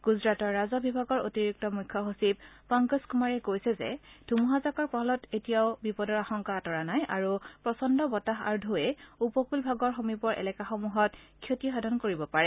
গুজৰাটৰ ৰাজহ বিভাগৰ অতিৰিক্ত মুখ্য সচিব পংকজ কুমাৰে কৈছে ধুমুহাজাকৰ ফলত এতিয়াও বিপদৰ আশংকা আতৰা নাই আৰু প্ৰচণ্ড বতাহ আৰু টৌৰে উপকূল ভাগৰ সমীপৰ এলেকাসমূহত ক্ষতি সাধন কৰিব পাৰে